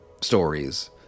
stories